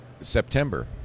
September